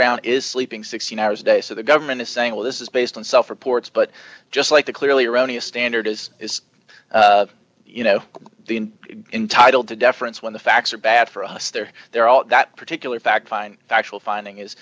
brown is sleeping sixteen hours a day so the government is saying well this is based on self or ports but just like the clearly erroneous standard is is you know the entitle to deference when the facts are bad for us they're there at that particular fact fine factual finding is